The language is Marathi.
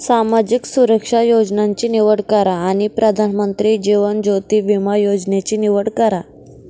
सामाजिक सुरक्षा योजनांची निवड करा आणि प्रधानमंत्री जीवन ज्योति विमा योजनेची निवड करा